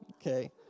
Okay